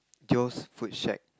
Joe's food shack